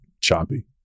choppy